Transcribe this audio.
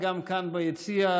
כאן ביציע,